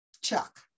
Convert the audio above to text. Chuck